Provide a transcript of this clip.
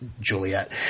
Juliet